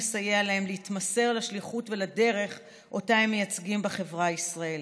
ומסייע להם להתמסר לשליחות ולדרך שאותה הם מייצגים בחברה הישראלית.